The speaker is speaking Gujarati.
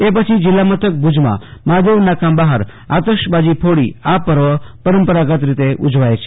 એ પછી જીલ્લામથક ભુજમાં મહાદેવ નાકા બહાર આતશબાજી ફોડી આ પર્વ પરંપરાગત રીતે ઉજવાય છે